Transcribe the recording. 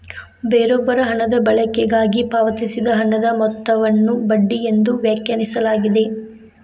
ಬೇರೊಬ್ಬರ ಹಣದ ಬಳಕೆಗಾಗಿ ಪಾವತಿಸಿದ ಹಣದ ಮೊತ್ತವನ್ನು ಬಡ್ಡಿ ಎಂದು ವ್ಯಾಖ್ಯಾನಿಸಲಾಗಿದೆ